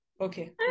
okay